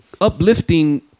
uplifting